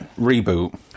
Reboot